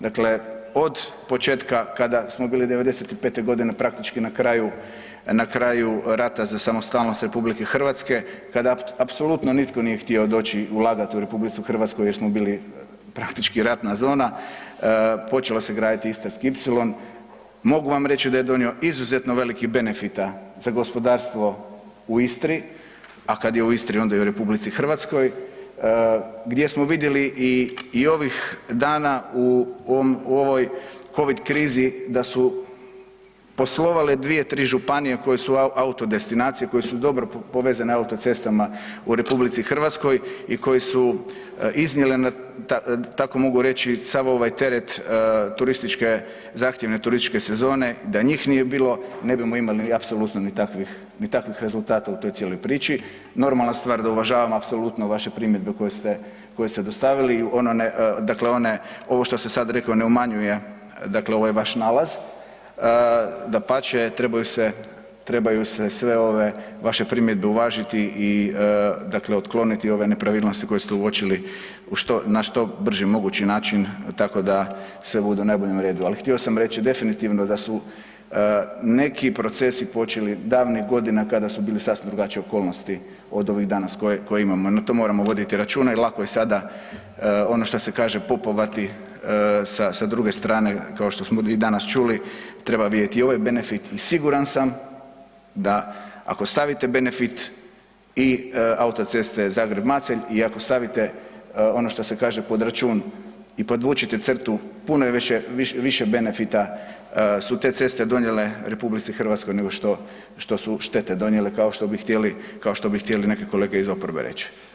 Dakle, od početka kada smo bili '95. g. praktički na kraju rata za samostalnost RH, kada apsolutno nitko nije htio doći ulagati u RH jer smo bili praktički ratna zona, počeo se graditi Istarski ipsilon, mogu vam reći da je donio izuzetno velikih benefita za gospodarstvo u Istri a kad je u Istri onda i u RH, gdje smo vidjeli i ovih dana u ovoj COVID krizi da su poslovale dvije, tri županije koje su auto destinacija, koje su dobro povezane autocestama u RH i koje su iznijele da tako mogu reći sav ovaj teret zahtjevne turističke sezone, da njih nije bilo, ne bi imali apsolutno ni takvih rezultata u toj cijeloj priči, normalna stvar da uvažavamo apsolutno vaše primjedbe koje ste dostavili, dakle ovo što sam sad rekao ne umanjuje ovaj vaš nalaz, dapače, trebaju se sve vaše primjedbe uvažiti, dakle otkloniti ove nepravilnosti koje ste uočili na što brži mogući način tako da sve bude u najboljem redu ali htio sam reći, definitivno da su neki procesi počeli davnih godina kada su bili sasvim drugačije okolnosti od ovih danas koje imamo, na to moramo voditi računa jer lako je sada ono što se kaže popovati sa druge strane kao što smo i danas čuli, treba vidjeti i ovaj benefit i siguran sam da ako stavite benefit i autoceste Zagreb-Macelj i ako stavite ono što se kaže pod račun i podvučete crtu, puno je više benefita su te ceste donijele RH nego štosu štete donijele kao što bi htjeli neki kolege iz oporbe reći.